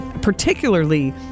particularly